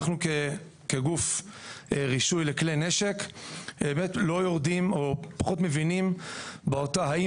אנחנו כגוף רישוי לכלי נשק פחות מבינים האם